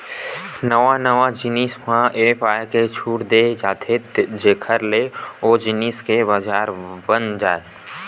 नवा नवा जिनिस म ए पाय के छूट देय जाथे जेखर ले ओ जिनिस के बजार बन जाय